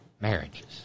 marriages